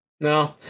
No